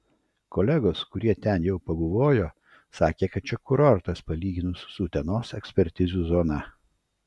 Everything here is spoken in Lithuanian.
kolegos kurie ten jau pabuvojo sakė kad čia kurortas palyginus su utenos ekspertizių zona